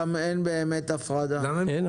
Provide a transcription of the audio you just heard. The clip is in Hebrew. אין באמת הפרדה.